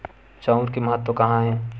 चांउर के महत्व कहां हे?